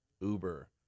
Uber